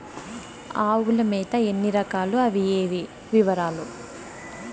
ఆవుల మేత ఎన్ని రకాలు? అవి ఏవి? వివరాలు?